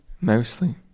mostly